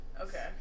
Okay